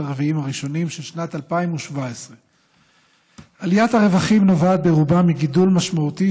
הרבעים הראשונים של שנת 2017. עליית הרווחים נובעת ברובה מגידול משמעותי,